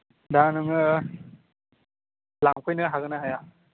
दा नोङो लांफैनो हागोनना हाया